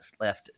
left